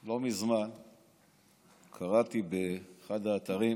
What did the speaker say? לא מזמן קראתי באחד האתרים